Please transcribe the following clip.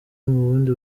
bundi